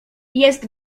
jest